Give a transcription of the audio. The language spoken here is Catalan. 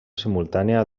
simultània